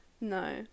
no